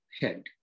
head